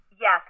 Yes